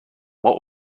what